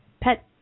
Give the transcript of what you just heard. pet